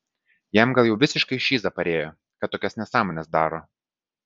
jam gal jau visiškai šiza parėjo kad tokias nesąmones daro